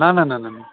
না না না না না